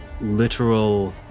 literal